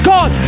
God